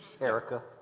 erica